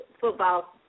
football